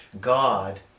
God